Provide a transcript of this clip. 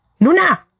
Nuna